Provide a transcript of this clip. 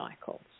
cycles